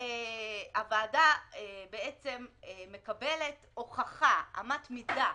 הוועדה מקבלת הוכחה, אמת מידה,